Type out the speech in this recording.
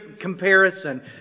comparison